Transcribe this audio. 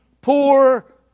poor